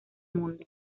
mundo